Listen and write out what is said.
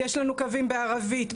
יש לנו קווים בערבית,